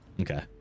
Okay